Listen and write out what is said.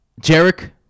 Jarek